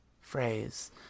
phrase